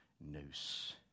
noose